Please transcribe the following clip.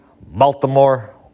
Baltimore